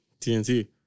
TNT